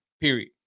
period